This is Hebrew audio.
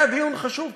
היה דיון חשוב,